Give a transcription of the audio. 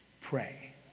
pray